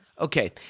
Okay